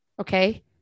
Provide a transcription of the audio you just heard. Okay